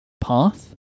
path